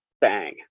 bang